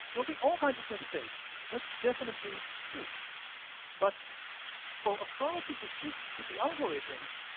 there'll be all kinds of mistakes. that's definitely true but for authority to shift to the algorithms,